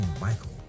Michael